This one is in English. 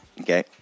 okay